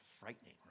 frightening